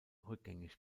rückgängig